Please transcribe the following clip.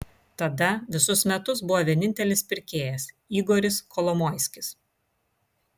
tada visus metus buvo vienintelis pirkėjas igoris kolomoiskis